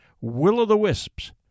Will-o'-the-Wisps